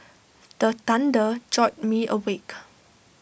the thunder jolt me awake